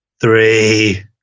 three